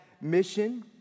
mission